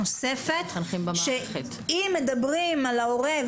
הן פועלות ללא מטרות רווח ולא גובות תשלום מההורים.